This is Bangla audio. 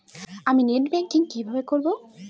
আমি নেট ব্যাংকিং কিভাবে করব?